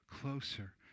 closer